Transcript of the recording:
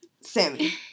Sammy